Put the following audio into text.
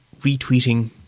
retweeting